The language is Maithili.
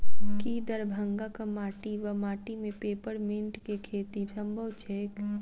की दरभंगाक माटि वा माटि मे पेपर मिंट केँ खेती सम्भव छैक?